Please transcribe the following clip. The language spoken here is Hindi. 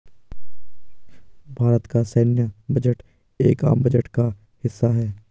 भारत का सैन्य बजट एक आम बजट का हिस्सा है